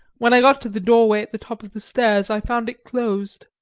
when i got to the doorway at the top of the stairs i found it closed.